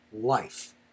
life